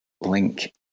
link